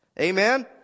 Amen